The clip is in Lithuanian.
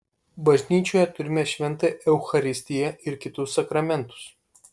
bažnyčioje turime šventąją eucharistiją ir kitus sakramentus